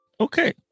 Okay